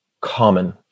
common